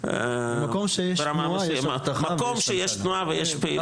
מקום שיש תנועה ויש פעילות,